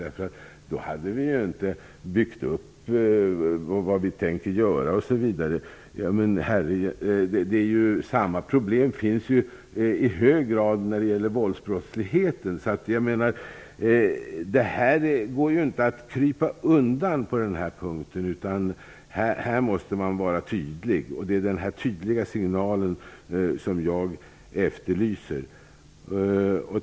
Då hade vi inte byggt upp det vi tänker göra, osv. Men samma problem finns ju i hög grad när det gäller våldsbrottsligheten. Jag menar att det inte går att krypa undan på den här punkten, utan här måste man vara tydlig. Det är den tydliga signalen som jag efterlyser.